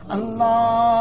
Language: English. Allah